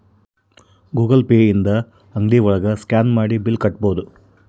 Google Pay ಇಂದ ಅಂಗ್ಡಿ ಒಳಗ ಸ್ಕ್ಯಾನ್ ಮಾಡಿ ಬಿಲ್ ಕಟ್ಬೋದು